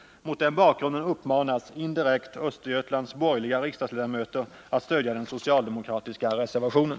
Mot den bakgrunden uppmanas indirekt Östergötlands borgerliga riksdagsledamöter att stödja den socialdemokratiska reservationen.